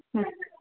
ಹ್ಞೂ